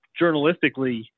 journalistically